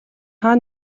хаа